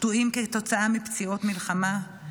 קטועים כתוצאה מפציעות מלחמה,